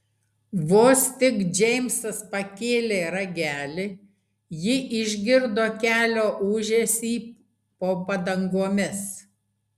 vos tik džeimsas pakėlė ragelį ji išgirdo kelio ūžesį po padangomis